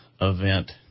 event